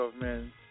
man